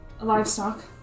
livestock